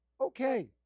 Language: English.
okay